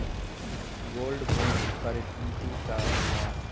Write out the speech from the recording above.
Gold bond करतिं का होला?